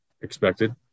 expected